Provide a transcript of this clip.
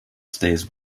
stays